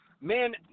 Man